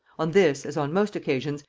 on this, as on most occasions,